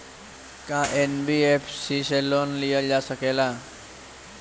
का एन.बी.एफ.सी से लोन लियल जा सकेला?